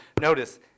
notice